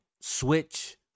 Switch